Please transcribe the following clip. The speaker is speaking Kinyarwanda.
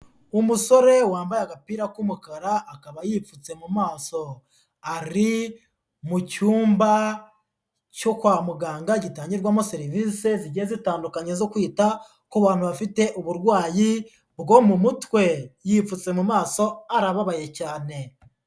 Umusore wambaye agapira k'umukara, akaba yipfutse mu maso, ari mu cyumba cyo kwa muganga gitangirwamo serivisi zigiye zitandukanye zo kwita ku bantu bafite uburwayi bwo mu mutwe, yipfutse mu maso arababaye cyane.